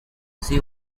she